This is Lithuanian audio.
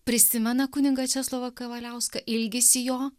prisimena kunigą česlovą kavaliauską ilgisi jo